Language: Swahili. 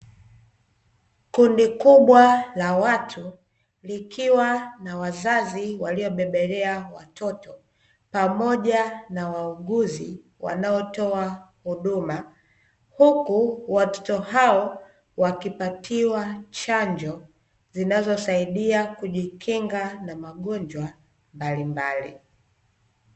Kundi kubwa la watu likiwa na wazazi waliobebelea watoto pamoja na wauguzi wanaotoa huduma, huku watoto hao wakipatiwa chanjo zinazosaidia kujikinga na magonjwa mbalimbali.